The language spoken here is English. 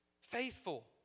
faithful